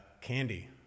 candy